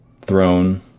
throne